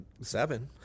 Seven